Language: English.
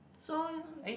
so